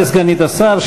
תודה לסגנית השר.